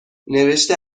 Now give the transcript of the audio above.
نوشته